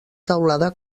teulada